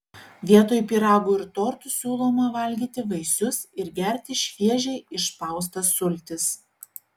vietoj pyragų ir tortų siūloma valgyti vaisius ir gerti šviežiai išspaustas sultis